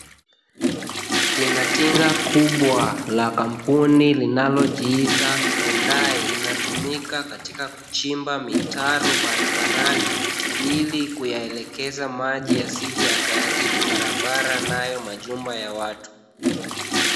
Tingatinga kubwa la kampuni linalojiita Hyundai, inatumika katika kuchimba mitaro barabarani ili kuyaelekeza maji yasije yakaharibu barabara nayo majumba ya watu.